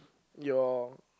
your